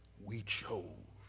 we chose